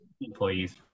Employees